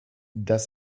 das